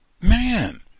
Man